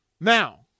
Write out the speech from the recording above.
Now